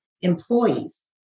employees